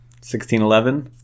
1611